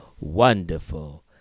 Wonderful